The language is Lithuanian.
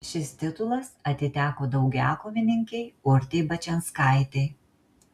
šis titulas atiteko daugiakovininkei urtei bačianskaitei